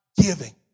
giving